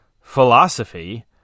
philosophy